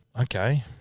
Okay